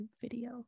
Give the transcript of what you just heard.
video